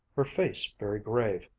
her face very grave,